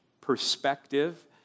perspective